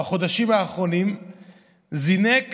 בחודשים האחרונים זינק.